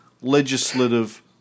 legislative